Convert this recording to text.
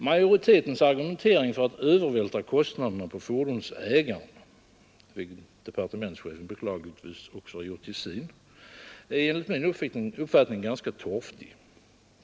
Majoritetens argumentering för att övervältra kostnaderna på fordonsschefen beklagligtvis också har gjort till sin, är ägarna, vilken departemen enligt min uppfattning ganska torftig.